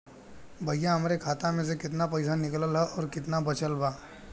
भईया हमरे खाता मे से कितना पइसा निकालल ह अउर कितना बचल बा?